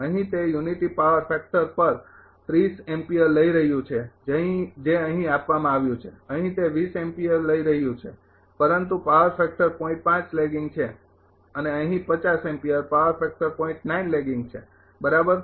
અહીં તે unity power factor પર લઈ રહ્યું છે જે અહીં આપવામાં આવ્યું છે અહીં તે એમ્પિયર લઈ રહ્યું છે પરંતુ પાવર ફેક્ટર લેગિંગ છે અને અહીં પાવર ફેક્ટર લેગિંગ છે બરાબર